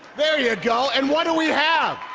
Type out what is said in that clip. there you go. and what do we have?